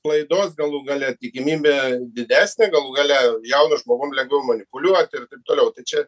klaidos galų gale tikimybė didesnė galų gale jaunu žmogum lengviau manipuliuot ir taip toliau tai čia